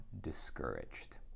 discouraged